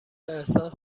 احساس